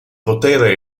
potere